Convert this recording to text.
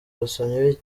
basomyi